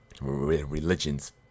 religions